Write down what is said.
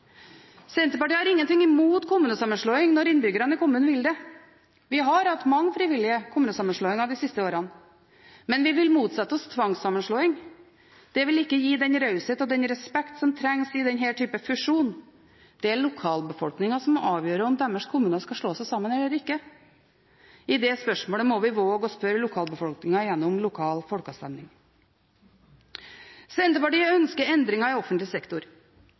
Senterpartiet har ingenting imot kommunesammenslåing når innbyggerne i kommunene vil det. Vi har hatt mange frivillige kommunesammenslåinger de siste årene, men vi vil motsette oss tvangssammenslåing. Det vil ikke gi den raushet og den respekt som trengs i denne typen fusjoner. Det er lokalbefolkningen som må avgjøre om deres kommuner skal slå seg sammen eller ikke. I det spørsmålet må vi våge å spørre lokalbefolkningen gjennom lokal folkeavstemning. Senterpartiet ønsker endringer i offentlig sektor.